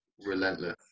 relentless